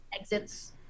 exits